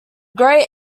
grey